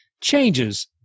changes